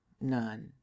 none